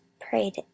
prayed